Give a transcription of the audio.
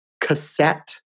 cassette